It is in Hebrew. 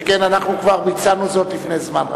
שכן אנחנו כבר ביצענו זאת לפני זמן רב.